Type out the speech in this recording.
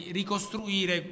ricostruire